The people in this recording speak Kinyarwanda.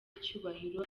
icyubahiro